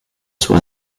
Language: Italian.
sua